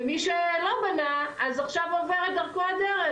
ומי שלא בנה אז עכשיו עוברת דרכו הדרך,